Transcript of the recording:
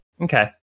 Okay